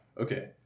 Okay